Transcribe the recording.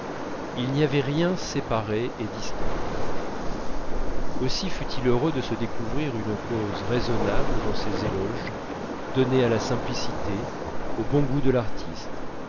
il n'avait rien séparé et distingué aussi fut-il heureux de se découvrir une cause raisonnable dans ces éloges donnés à la simplicité au bon goût de l'artiste